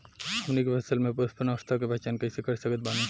हमनी के फसल में पुष्पन अवस्था के पहचान कइसे कर सकत बानी?